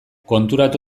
konturatu